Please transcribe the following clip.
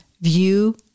view